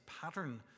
pattern